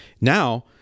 now